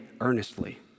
earnestly